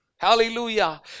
Hallelujah